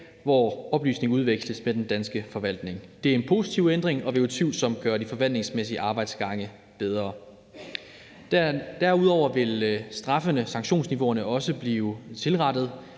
hvor oplysningen udveksles med den danske forvaltning. Det er en positiv ændring, og det vil utvivlsomt gøre de forvaltningsmæssige arbejdsgange bedre. Derudover vil straffene, sanktionsniveauerne, også blive tilrettet,